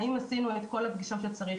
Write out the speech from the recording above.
האם עשינו את כל הפגישות שצריך,